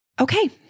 Okay